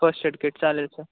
first aid kit चालेल sir